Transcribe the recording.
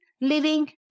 living